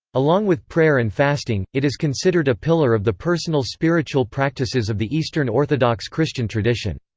along with prayer and fasting, it is considered a pillar of the personal spiritual practices of the eastern orthodox christian tradition.